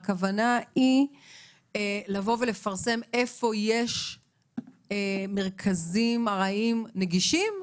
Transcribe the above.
הכוונה היא לבוא ולפרסם איפה יש מרכזים ארעיים נגישים,